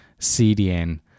CDN